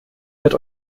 wird